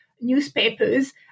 newspapers